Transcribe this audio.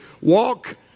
Walk